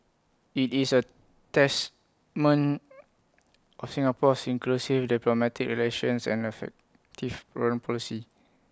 IT is A testament of Singapore's inclusive diplomatic relations and effective foreign policy